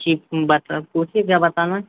जी हूँ बात लार रहा हूँ आप पूछिए क्या बताना है